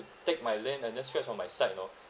take my lane and just scratch from my side lor